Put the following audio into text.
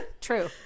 True